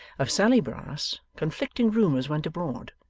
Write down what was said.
of sally brass, conflicting rumours went abroad.